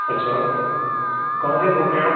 अच्छा कहाँ से बोल रहे हैं आप